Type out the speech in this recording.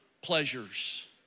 pleasures